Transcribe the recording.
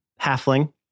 halfling